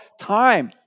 time